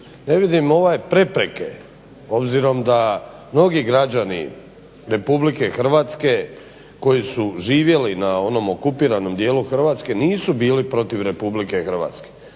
ne vidim prepreke obzirom da mnogi građani RH koji su živjeli na onom okupiranom dijelu Hrvatske nisu bili protiv RH. dakle ja ne